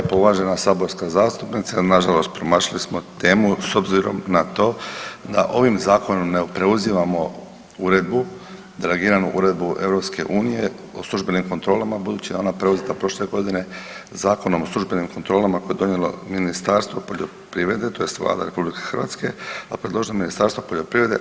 Hvala lijepa uvažena saborska zastupnice, nažalost promašili smo temu s obzirom na to da ovim zakonom ne preuzimamo uredbu, delegiranu uredbu EU o službenim kontrolama budući da je ona preuzeta prošle godine Zakonom o službenim kontrolama koje je donijelo Ministarstvo poljoprivrede tj. Vlada RH, a predložilo Ministarstvo poljoprivrede.